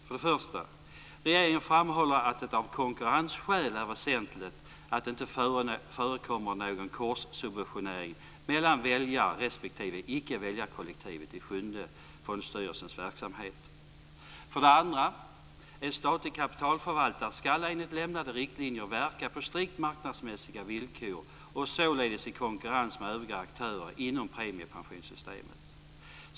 För det första framhåller regeringen att det av konkurrensskäl är väsentligt att det inte förekommer någon korssubventionering mellan väljar respektive icke-väljarkollektivet i Sjunde fondstyrelsens verksamhet. För det andra ska en statlig kapitalförvaltare enligt lämnade riktlinjer verka på strikt marknadsmässiga villkor och således i konkurrens med övriga aktörer inom premiepensionssystemet.